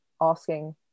asking